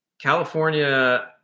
California